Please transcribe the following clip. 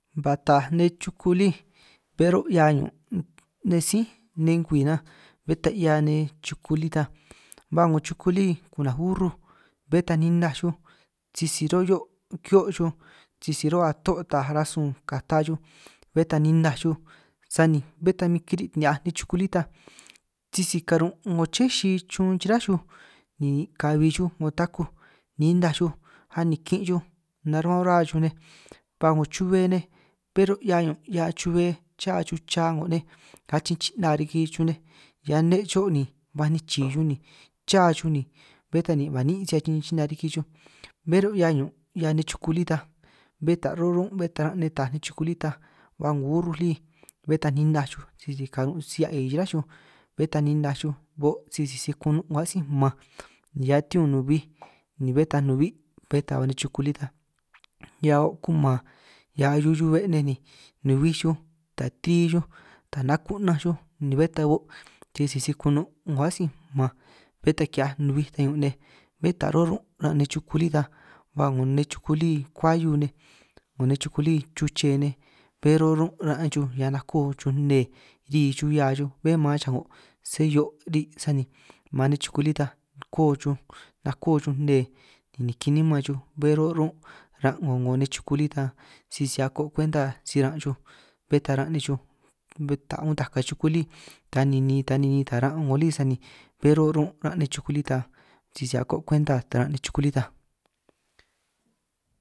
Ba taaj nej xuku lí bé ro' 'hia ñun' nej sí nej ngwi nan bé ta 'hia nej chuku lí ta, ba 'ngo chuku lí ku'naj urruj bé ta ninaj xuj sisi ro' 'hio' kihio' xuj, sisi ruhua ato' taaj rasun kata xuj bé ta ninaj xuj sani bé ta min kiri' ni'hiaj nej chuku lí ta sisi karun' 'ngo ché xi chun chirá xuj, ni kabi chuj 'ngo takuj ninaj xuj a nikin xuj naranj ruhua xuj nej ba 'ngo chu'be nej bé run' 'hia ñun' 'hia chube, cha chuj cha 'ngo nej achin chi'na riki xuj nej hiaj nne' cho' ni baj nichi xuj ni cha xuj ni bé ta ni ba niín' si achin china riki chuj, bé run' 'hia ñun' 'hia nej chuku lí ta bé ta run' run' bé ta ran' taaj nej chuku lí ta, ba 'ngo urruj lí bé ta ninaj xuj sisi karun' si a'i chiráj xuj bé ta ninaj xuj o' sisi si kuno' 'ngo atsi mmanj hiaj tiu nubij, ni bé taj nubi' bé ta ba nej chuku lí hiaj o' kuman hiaj ahiu hiu 'be' nej ni ni nubij xuj ta ti xuj ta naku'naj xuj, ni bé ta bo' sisi si kuno' 'ngo atsíj mmanj bé ta ki'hiaj nubij ta ñun' nej, bé ta ro' run' ran' nej chuku lí ta ba 'ngo nej chuku lí kuahiu nej, 'ngo nej chuku lí chuche nej bé ro' run' ran' xuj hiaj nako xuj nnee ri xuj hia xuj bé man chao' sé hio' ri' sani man nej chuko lí ta koo' chuj, nako xuj nnee niki niman xuj bé ro' rún' ran' 'ngo 'ngo nej chuku lí ta, sisi ako' kwenta si ran' xuj bé ta ran' nej xuj bé ta andaj ka chuku lí ta ninin ninin ta ninin taj ran' 'ngo lí sani, bé ro' run' ran' nej chuku lí ta sisi ako' kwenta taj ran' nej chuku lí ta.